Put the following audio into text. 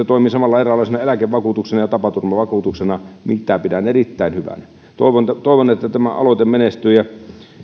toimii samalla eräänlaisena eläkevakuutuksena ja tapaturmavakuutuksena mitä pidän erittäin hyvänä toivon toivon että tämä aloite menestyy ja